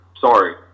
Sorry